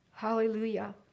hallelujah